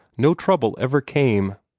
no trouble ever came.